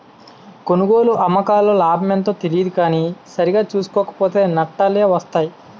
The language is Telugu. కొనుగోలు, అమ్మకాల్లో లాభమెంతో తెలియదు కానీ సరిగా సూసుకోక పోతో నట్టాలే వొత్తయ్